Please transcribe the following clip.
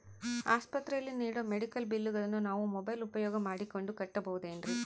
ಆಸ್ಪತ್ರೆಯಲ್ಲಿ ನೇಡೋ ಮೆಡಿಕಲ್ ಬಿಲ್ಲುಗಳನ್ನು ನಾವು ಮೋಬ್ಯೆಲ್ ಉಪಯೋಗ ಮಾಡಿಕೊಂಡು ಕಟ್ಟಬಹುದೇನ್ರಿ?